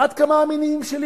עד כמה המניעים שלי,